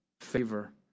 favor